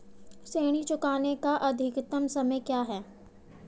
ऋण चुकाने का अधिकतम समय क्या है?